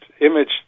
image